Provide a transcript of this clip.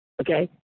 Okay